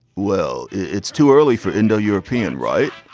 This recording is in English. well, it's too early for indo european, right?